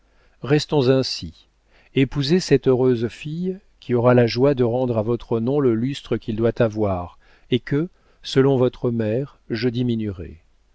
restons ainsi épousez cette heureuse fille qui aura la joie de rendre à votre nom le lustre qu'il doit avoir et que selon votre mère je diminuerais